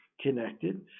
connected